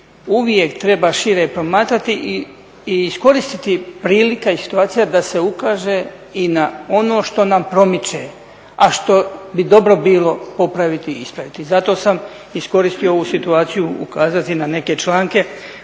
uvijek treba šire promatrati i iskoristiti prilika i situacija da se ukaže i na ono što nam promiče, a što bi dobro bilo popraviti i ispraviti. Zato sam iskoristio ovu situaciju ukazati na neke članke,